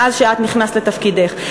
מאז שאת נכנסת לתפקידך,